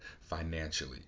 financially